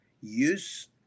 use